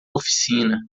oficina